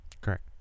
Correct